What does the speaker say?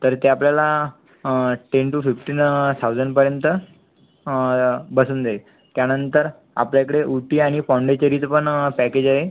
तर ते आपल्याला टेन टू फिफ्टीन थाउजंडपर्यंत बसून जाईल त्यानंतर आपल्याकडे उटी आणि पॉंडिचेरीचं पण पॅकेज आहे